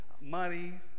money